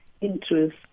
interest